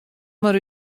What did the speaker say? mar